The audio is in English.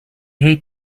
hate